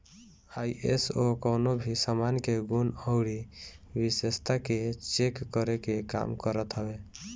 ISO कवनो भी सामान के गुण अउरी विशेषता के चेक करे के काम करत हवे